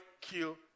kill